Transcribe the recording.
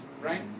right